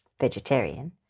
vegetarian